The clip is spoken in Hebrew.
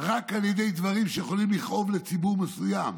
רק על ידי דברים שהולכים לכאוב לציבור מסוים,